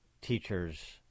teacher's